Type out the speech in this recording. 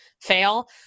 fail